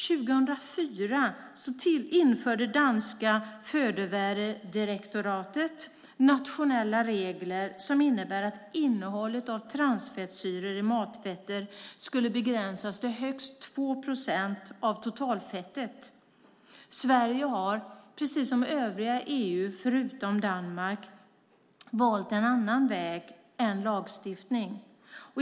År 2004 införde danska Fødevaredirektoratet nationella regler som innebär att innehållet av transfettsyror i matfetter begränsas till högst 2 procent av totalfettet. Sverige har, precis som övriga EU förutom Danmark, valt en annan väg än lagstiftning.